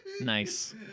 Nice